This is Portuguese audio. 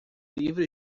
livre